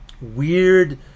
weird